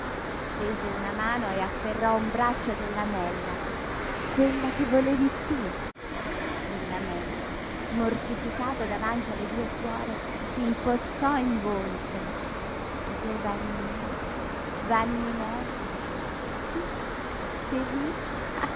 tese una mano e afferrò un braccio del lamella quella che volevi tu il lamella mortificato davanti alle due suore s'infoscò in volto giovannina vanninella sí